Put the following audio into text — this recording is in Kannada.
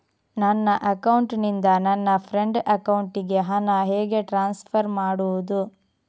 ನನ್ನ ಅಕೌಂಟಿನಿಂದ ನನ್ನ ಫ್ರೆಂಡ್ ಅಕೌಂಟಿಗೆ ಹಣ ಹೇಗೆ ಟ್ರಾನ್ಸ್ಫರ್ ಮಾಡುವುದು?